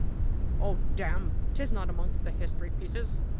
oh, damme! tis not amongst the history pieces,